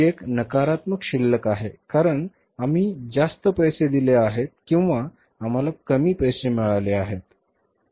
ही एक नकारात्मक शिल्लक आहे कारण आम्ही जास्त पैसे दिले आहेत किंवा आम्हाला कमी पैसे मिळाले आहेत